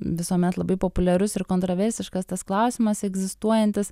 visuomet labai populiarus ir kontroversiškas tas klausimas egzistuojantis